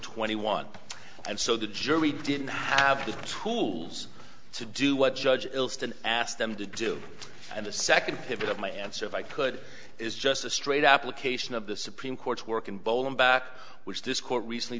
twenty one and so the jury didn't have the tools to do what judge asked them to do and the second period of my answer if i could is just a straight application of the supreme court's work in bold and back which this court recently